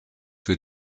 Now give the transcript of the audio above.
für